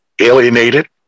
alienated